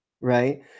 right